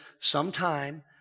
sometime